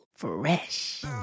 fresh